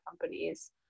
companies